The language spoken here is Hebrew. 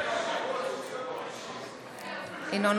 לבקשת